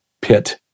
pit